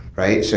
right? so